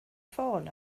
ffôn